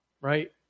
Right